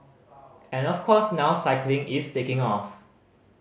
and of course now cycling is taking off